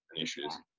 issues